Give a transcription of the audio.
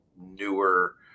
newer